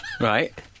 Right